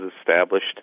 established